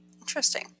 Interesting